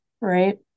right